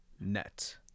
net